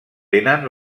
tenen